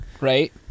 right